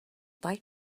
like